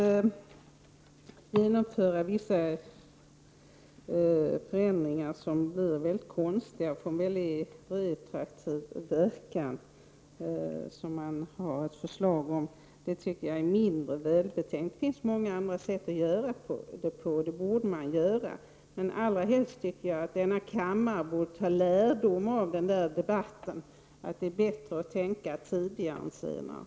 Att genomföra förändringar som blir väldigt konstiga och med retroaktiv verkan, vilket det finns förslag om, tycker jag är mindre välbetänkt. Det finns många andra sätt, och man borde välja något av dem. Allra helst tycker jag att kammaren borde ta lärdom av den förra debatten och inse att det är bättre att tänka tidigare än senare.